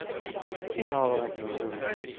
yeah. see how i like those over there.